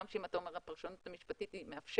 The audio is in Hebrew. גם אם אתה אומר שהפרשנות המשפטית מאפשרת,